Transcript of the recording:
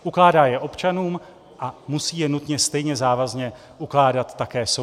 Ukládá je občanům a musí je nutně stejně závazně ukládat také sobě.